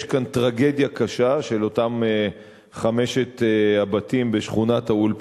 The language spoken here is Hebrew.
יש כאן טרגדיה קשה של אותם חמשת הבתים בשכונת-האולפנה,